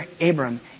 Abram